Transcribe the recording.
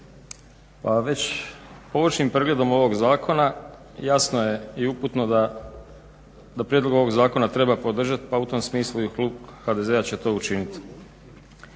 Pa već poočim pregledom ovog zakona jasno je i uputno da prijedlog zakona treba podržat pa u tom smislu Klub HDZ-a će to učinit.